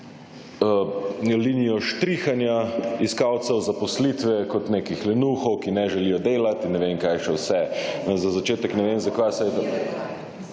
linijo štrihanja iskalcev zaposlitve kot nekih lenuhov, ki ne želijo delati in ne vem kaj še vse. In za začetek ne vem zakaj se je…